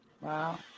Wow